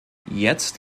jetzt